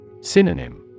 Synonym